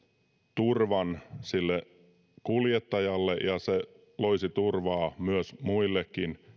turvan sille kuljettajalle ja se loisi turvaa myös muille